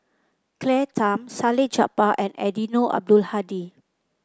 Claire Tham Salleh Japar and Eddino Abdul Hadi